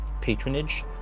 patronage